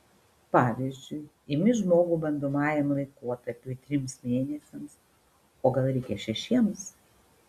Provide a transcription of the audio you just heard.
pavyzdžiui imi žmogų bandomajam laikotarpiui trims mėnesiams o gal reikia šešiems